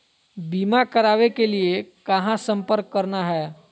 बीमा करावे के लिए कहा संपर्क करना है?